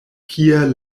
kie